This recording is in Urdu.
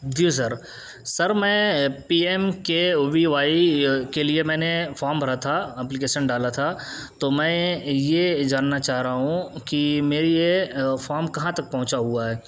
جی سر سر میں P M K V Y کے لیے میں نے فام بھرا تھا اپلیکیسن ڈالا تھا تو میں یہ جاننا چاہ رہا ہوں کہ میری یہ فام کہاں تک پہنچا ہوا ہے